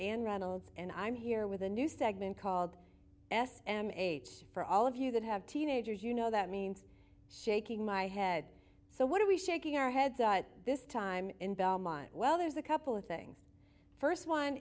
anne reynolds and i'm here with a new segment called s m age for all of you that have teenagers you know that means shaking my head so what are we shaking our heads at this time in belmont well there's a couple of things first one